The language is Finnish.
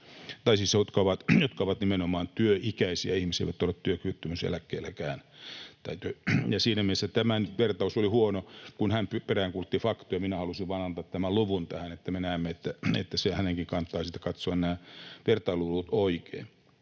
vaan nimenomaan työikäisiä ihmisiä, eivätkä ole työkyvyttömyyseläkkeelläkään. Siinä mielessä nyt tämä vertaus oli huono, kun hän peräänkuulutti faktoja. Minä halusin vain antaa tämän luvun tähän, että me näemme, että hänenkin kannattaa sitten katsoa nämä vertailuluvut oikein.